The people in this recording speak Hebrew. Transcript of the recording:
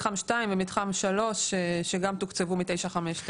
מתחם שתיים ומתחם שלוש שגם תוקצבו מ-959.